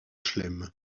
chelem